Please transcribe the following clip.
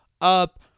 up